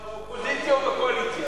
אתה באופוזיציה או בקואליציה?